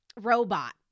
robot